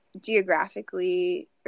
geographically